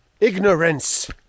Ignorance